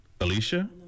Alicia